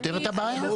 זה פותר את הבעיה.